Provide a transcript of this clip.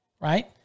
right